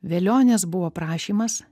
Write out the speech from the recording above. velionės buvo prašymas